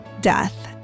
death